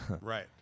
Right